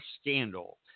scandal